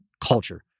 Culture